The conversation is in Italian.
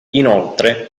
inoltre